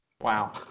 Wow